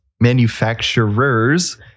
manufacturers